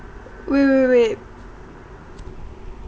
wait wait wait